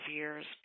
years